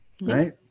right